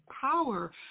power